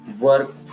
work